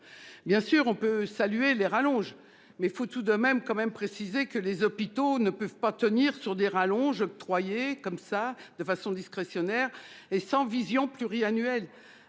évidemment, on peut saluer les rallonges, mais il faut tout de même préciser que les hôpitaux ne peuvent tenir sur des rallonges octroyées de façon discrétionnaire et sans vision pluriannuelle.